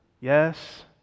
Yes